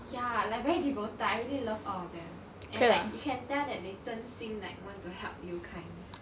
ya like very devoted I really love all of them and like you can tell that they 真心 like want to help you kind